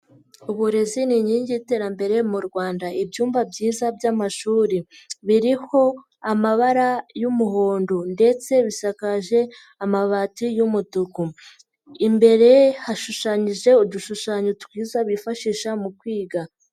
Uburezi ni inkingi y'iterambere mu Rwanda, ibyumba byiza by'amashuri biriho amabara y'umuhondo ndetse bisakaje amabati y'umutuku, imbere hashushanyije udushushanyo twiza bifashisha mu kwiga.